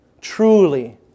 Truly